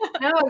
No